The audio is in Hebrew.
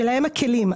שלהם הכלים,